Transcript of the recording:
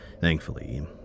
Thankfully